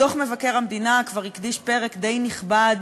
דוח מבקר המדינה כבר הקדיש פרק די נכבד